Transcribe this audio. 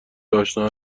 آشنا